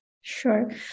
Sure